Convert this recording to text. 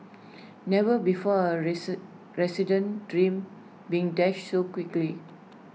never before A resid resident's dream been dashed so quickly